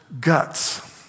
guts